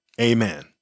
Amen